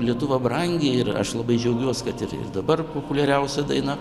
lietuva brangi ir aš labai džiaugiuos kad ir ir dabar populiariausia daina